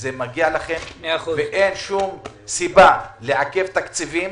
וזה מגיע ואין שום סיבה לעכב תקציבים.